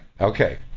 Okay